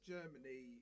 Germany